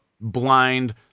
blind